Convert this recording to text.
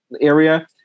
area